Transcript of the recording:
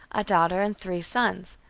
a daughter and three sons,